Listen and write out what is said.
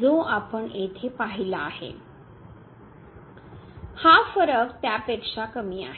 जो आपण येथे पाहिला आहे हा फरक त्यापेक्षा कमी आहे